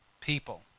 people